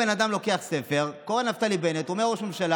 אדוני היושב-ראש,